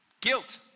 guilt